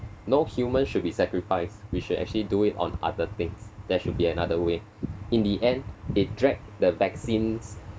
no human should be sacrifice we should actually do it on other things there should be another way in the end it drag the vaccines